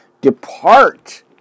depart